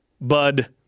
Bud